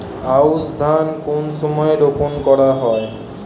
আউশ ধান কোন সময়ে রোপন করা হয়?